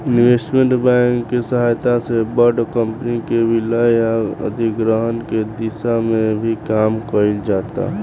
investment bank के सहायता से बड़ कंपनी के विलय आ अधिग्रहण के दिशा में भी काम कईल जाता